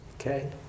okay